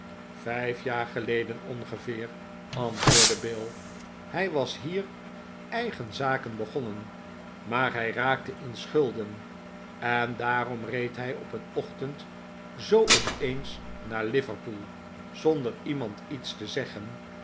vijf jaar gelederi ongeveer antwoordde bill hij was hier eigen zaken begonnen maar hij raakte in schulden en daarom reed hij op een ochtend zoo opeens naar liverpool zonder iemand iets te zeggen